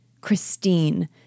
Christine